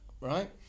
Right